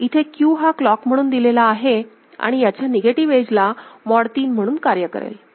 तर इथे Q हा क्लॉक म्हणून दिलेला आहे आणि याच्या निगेटिव्ह एज ला मॉड 3 म्हणून कार्य करेल